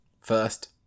First